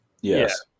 Yes